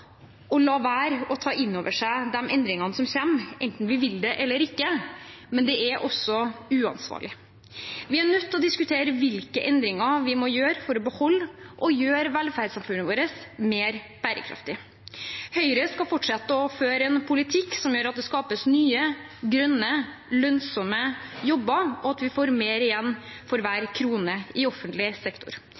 og la være å ta inn over seg de endringene som kommer enten vi vil det eller ikke, men det er også uansvarlig. Vi er nødt til å diskutere hvilke endringer vi må gjøre for å beholde og gjøre velferdssamfunnet vårt mer bærekraftig. Høyre skal fortsette å føre en politikk som gjør at det skapes nye, grønne og lønnsomme jobber, og som gjør at vi får mer igjen for hver krone i offentlig sektor.